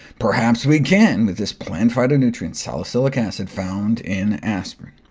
perhaps we can with this plant phytonutrient, salicylic acid, found in aspirin.